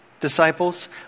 disciples